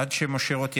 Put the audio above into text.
עד שמשה רוט יגיע,